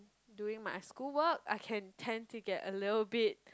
doing my school work I can tend to get a little bit